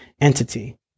entity